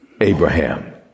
Abraham